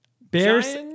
Bears